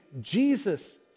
jesus